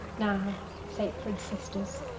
now, sacred sisters,